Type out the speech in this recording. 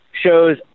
shows